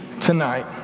tonight